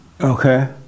okay